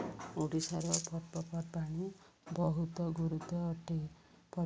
ଓଡ଼ିଶାର ପର୍ବପର୍ବାଣି ବହୁତ ଗୁରୁତ୍ୱ ଅଟେ